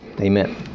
amen